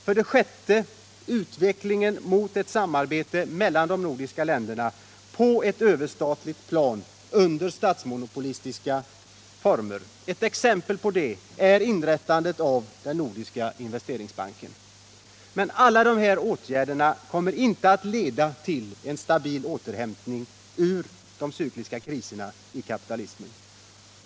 För det sjätte förekommer en utveckling mot ett samarbete mellan de nordiska länderna på ett överstatligt plan under statsmonopolistiska former. Ett exempel på detta är inrättandet av Nordiska investeringsbanken. Men alla dessa åtgärder leder inte till en stabil återhämtning ur de cykliska kriserna i kapitalismen.